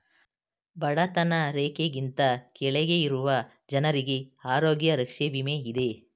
ಬಡತನ ರೇಖೆಗಿಂತ ಕೆಳಗೆ ಇರುವ ಜನರಿಗೆ ಆರೋಗ್ಯ ರಕ್ಷೆ ವಿಮೆ ಇದೆ